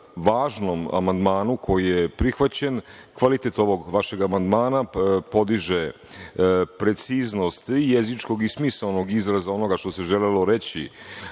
važnom amandmanu koji je prihvaćen. Kvalitet ovog vašeg amandmana podiže preciznost i jezičkog i smisaonog izraza onoga što se želelo reći